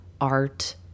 art